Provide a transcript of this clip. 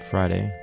Friday